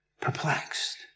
Perplexed